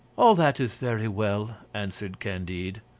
all that is very well, answered candide,